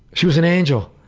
she was an angel.